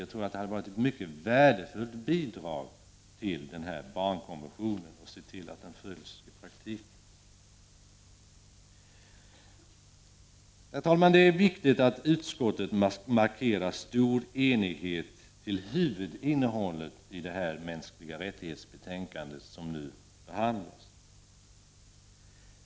Jag tror att det hade varit ett mycket värdefullt bidrag när det gäller att se till att barnkonventionen följs i praktiken. Herr talman! Det är viktigt att utskottet markerar stor enighet om huvudinnehållet i det betänkande om mänskliga rättigheter som nu behandlas.